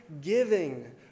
giving